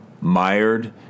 mired